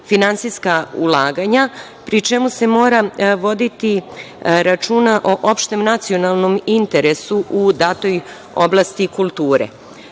finansijska ulaganja, pri čemu se mora voditi računa o opštem nacionalnom interesu u datoj oblasti kulture.